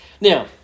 Now